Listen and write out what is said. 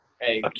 Hey